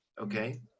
Okay